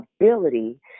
ability